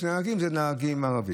והנהגים הם ערבים.